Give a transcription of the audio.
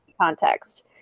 Context